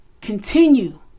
continue